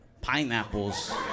Pineapples